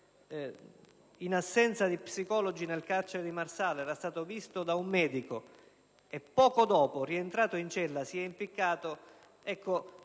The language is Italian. in assenza di psicologi nel carcere di Marsala era stata vista da un medico, e poco dopo, rientrata in cella, si è impiccata.